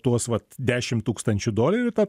ta tuos vat dešim tūkstančių dolerių tą